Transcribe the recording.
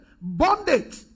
bondage